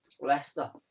Leicester